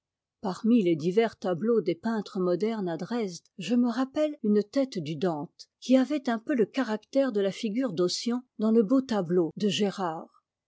parmi les divers tableaux des peintres modernes à dresde je me rappelle une tête du dante qui avait un peu le caractère de la figure d'ossian dans le beau tableau de gérard